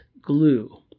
glue